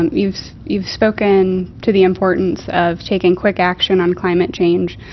and you've you've spoken to the importance of taking quick action on climate change.